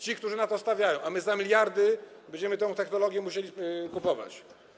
Ci, którzy na to stawiają, a my za miliardy będziemy tę technologię musieli kupować.